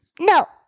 No